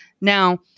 Now